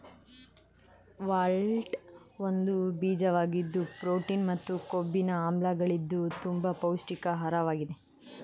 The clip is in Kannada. ವಾಲ್ನಟ್ ಒಂದು ಬೀಜವಾಗಿದ್ದು ಪ್ರೋಟೀನ್ ಮತ್ತು ಕೊಬ್ಬಿನ ಆಮ್ಲಗಳಿದ್ದು ತುಂಬ ಪೌಷ್ಟಿಕ ಆಹಾರ್ವಾಗಿದೆ